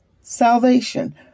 salvation